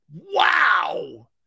Wow